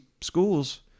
schools